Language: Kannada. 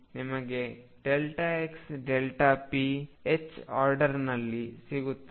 ನಿಮಗೆ xp ಆರ್ಡರ್ನಲ್ಲಿ ಸಿಗುತ್ತದೆ